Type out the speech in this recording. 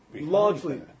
largely